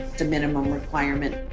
the minimum requirement. and